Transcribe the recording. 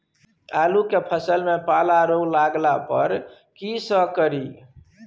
आलू के फसल मे पाला रोग लागला पर कीशकरि?